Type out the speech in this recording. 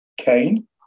Cain